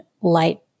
light